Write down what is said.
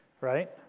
right